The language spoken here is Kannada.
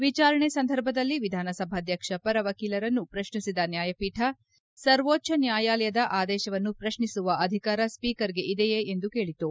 ವಿಚಾರಣೆ ಸಂದರ್ಭದಲ್ಲಿ ವಿಧಾನಸಭಾಧ್ವಕ್ಷ ಪರ ವಕೀಲರನ್ನು ಪ್ರಕ್ನಿಸಿದ ನ್ವಾಯಪೀಠ ಸರ್ವೋಚ್ದ ನ್ಯಾಯಾಲಯದ ಆದೇಶವನ್ನು ಪ್ರತ್ನಿಸುವ ಅಧಿಕಾರ ಸ್ವೀಕರ್ಗೆ ಇದೆಯೇ ಎಂದು ಕೇಳಿತು